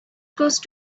close